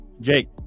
Jake